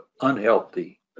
unhealthy